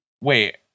wait